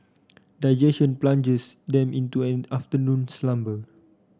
digestion plunges them into an afternoon slumber